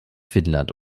finnland